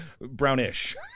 brownish